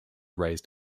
raised